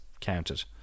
counted